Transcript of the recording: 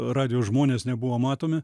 radijo žmonės nebuvo matomi